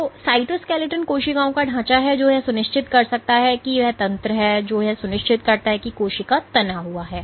तो साइटोस्केलेटन कोशिकाओं का ढांचा है जो यह सुनिश्चित कर सकता है कि वह तंत्र है जो यह सुनिश्चित करता है कि कोशिका तना हुआ है